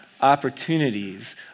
opportunities